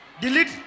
Delete